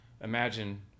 imagine